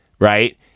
Right